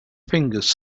fingers